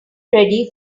ready